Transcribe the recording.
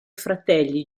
fratelli